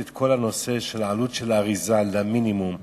את כל הנושא של עלות של האריזה למינימום.